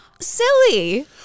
silly